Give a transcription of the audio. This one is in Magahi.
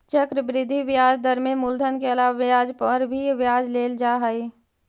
चक्रवृद्धि ब्याज दर में मूलधन के अलावा ब्याज पर भी ब्याज लेल जा हई